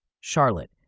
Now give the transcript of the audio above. Charlotte